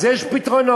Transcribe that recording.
אז יש פתרונות.